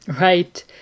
Right